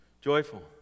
joyful